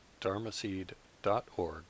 dharmaseed.org